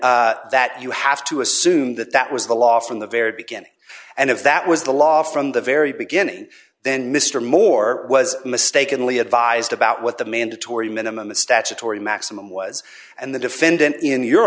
and that you have to assume that that was the loss from the very beginning and if that was the law from the very beginning then mr moore was mistakenly advised about what the mandatory minimum the statutory maximum was and the defendant in your